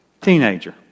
Teenager